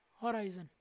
Horizon